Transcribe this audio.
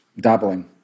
dabbling